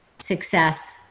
success